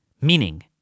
meaning